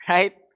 Right